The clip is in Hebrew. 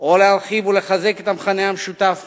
או להרחיב ולחזק את המכנה המשותף